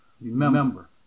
Remember